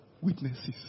witnesses